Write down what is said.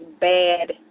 bad